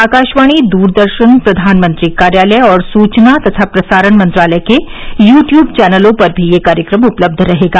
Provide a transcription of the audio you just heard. आकाशवाणी दूरदर्शन प्रधानमंत्री कार्यालय और सूचना तथा प्रसारण मंत्रालय के यू ट्यूब चैनलों पर भी यह कार्यक्रम उपलब्ध रहेगा